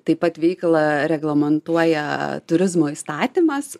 taip pat veiklą reglamentuoja turizmo įstatymas